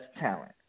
talent